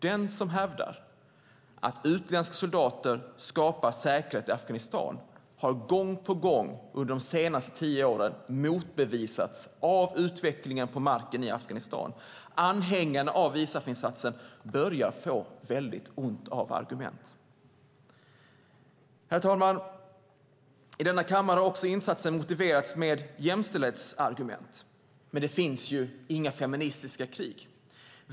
De som hävdar att utländska soldater skapar säkerhet i Afghanistan har under de senaste tio åren gång på gång motbevisats av utvecklingen på marken. Anhängarna av ISAF-insatsen börjar få väldigt ont om argument. Herr talman! I denna kammare har insatsen också motiverats med jämställdhetsargument, men det finns inga feministiska krig.